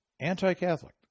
Anti-Catholic